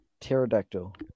Pterodactyl